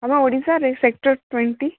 ଆମ ଓଡ଼ିଶାରେ sector twenty